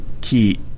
key